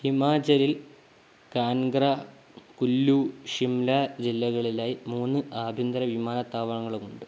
ഹിമാചലിൽ കാൻഗ്ര കുല്ലു ഷിംല ജില്ലകളിലായി മൂന്ന് ആഭ്യന്തര വിമാനത്താവളങ്ങളുണ്ട്